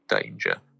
danger